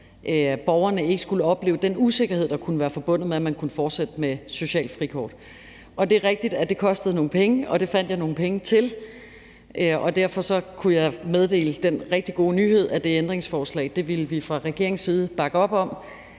borgerne ikke skulle opleve den usikkerhed, der kunne være forbundet med, om man kunne fortsætte med socialt frikort. Det er rigtigt, at det kostede nogle penge, og det fandt jeg nogle penge til, og derfor kunne jeg komme med den rigtig gode nyhed, at det ændringsforslag ville vi fra regeringens side bakke op om,